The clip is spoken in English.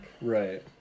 Right